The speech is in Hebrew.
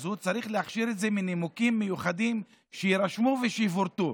אז הוא צריך להכשיר את זה מנימוקים מיוחדים שיירשמו ושיפורטו.